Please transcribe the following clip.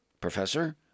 Professor